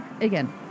again